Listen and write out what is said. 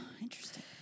interesting